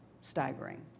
staggering